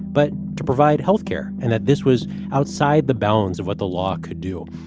but to provide health care, and that this was outside the bounds of what the law could do.